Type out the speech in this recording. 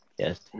Yes